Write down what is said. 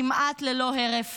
כמעט ללא הרף